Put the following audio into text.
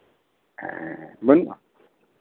ᱦᱮᱸ ᱵᱟᱹᱱᱩᱜᱼᱟ